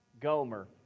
Gomer